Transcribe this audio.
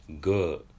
good